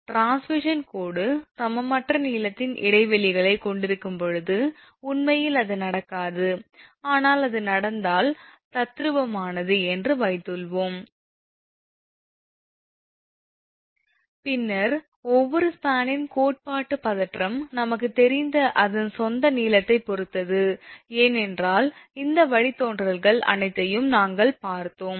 transmission கோடு சமமற்ற நீளத்தின் இடைவெளிகளைக் கொண்டிருக்கும் போது உண்மையில் அது நடக்காது ஆனால் அது நடந்தால் தத்துவார்த்தமானது என்று வைத்துக்கொள்வோம் பின்னர் ஒவ்வொரு ஸ்பானின் கோட்பாட்டு பதற்றம் நமக்குத் தெரிந்த அதன் சொந்த நீளத்தைப் பொறுத்தது ஏனென்றால் இந்த வழித்தோன்றல்கள் அனைத்தையும் நாங்கள் பார்த்தோம்